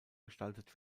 gestaltet